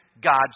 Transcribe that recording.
God's